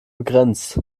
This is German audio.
begrenzt